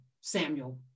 Samuel